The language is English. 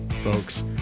Folks